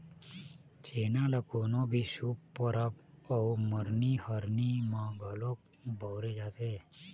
छेना ल कोनो भी शुभ परब अउ मरनी हरनी म घलोक बउरे जाथे